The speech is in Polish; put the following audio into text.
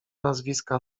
nazwiska